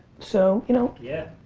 so you know. yeah.